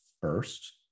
first